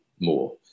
more